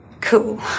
Cool